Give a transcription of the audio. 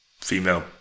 female